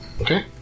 Okay